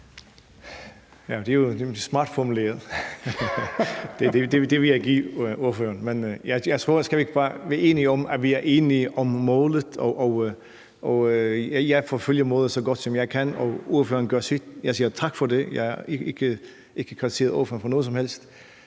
var nemlig smart formuleret. Det vil jeg give ordføreren. Men skal vi ikke bare være enige om, at vi er enige om målet, og at jeg forfølger målet, så godt som jeg kan, og at ordføreren gør sit? Jeg siger tak for det, og jeg har ikke kritiseret ordføreren for noget som helst.